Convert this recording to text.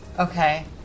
Okay